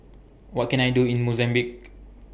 What Can I Do in Mozambique